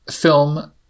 film